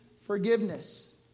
forgiveness